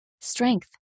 strength